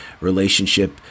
relationship